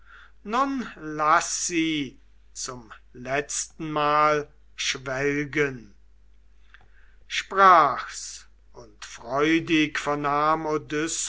nun laß sie zum letztenmal schwelgen sprach's und freudig